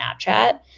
Snapchat